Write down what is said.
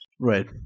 Right